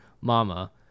Mama